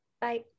Bye